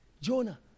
Jonah